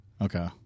Okay